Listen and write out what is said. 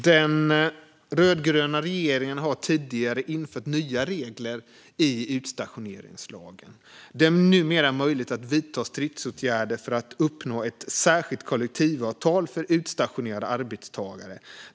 Den rödgröna regeringen har tidigare infört nya regler i utstationeringslagen. Det är numera möjligt att vidta stridsåtgärder för att uppnå ett särskilt kollektivavtal för utstationerade arbetstagare.